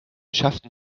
schafften